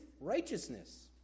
righteousness